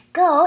go